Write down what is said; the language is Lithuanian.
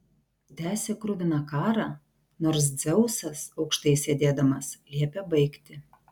tęsė kruviną karą nors dzeusas aukštai sėdėdamas liepė baigti